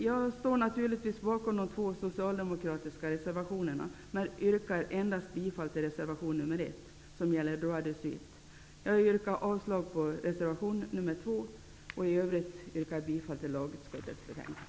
Jag står naturligtvis bakom de två socialdemokratiska reservationerna men yrkar endast bifall till reservation nr 1 som gäller droit de suite. Vidare yrkar jag avslag på reservation nr 2. I övrigt yrkar jag bifall till hemställan i lagutskottets betänkande.